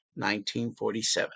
1947